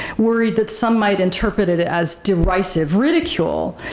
worried that some might interpret it as derisive ridicule,